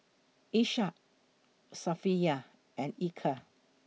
Ishak Safiya and Eka